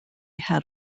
had